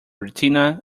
retina